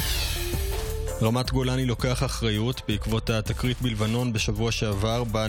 שלישי, כ"ה בחשוון התשפ"ה, 26 בנובמבר, בשעה